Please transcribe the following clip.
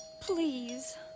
Please